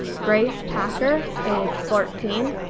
grace packer age fourteen,